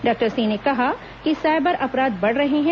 doctor Singh ने कहा कि सायबर अपराध बढ़ रहे हैं